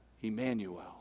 Emmanuel